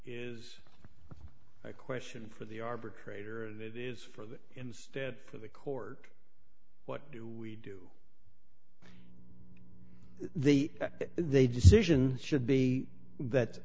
is a question for the arbitrator and it is for that instead for the court what do we do the they decision should be that